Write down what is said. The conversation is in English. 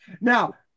Now